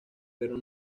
pero